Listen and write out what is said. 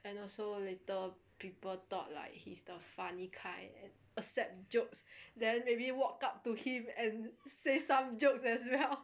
and also later people thought like he's the funny kind except jokes then maybe walked up to him and say some jokes as well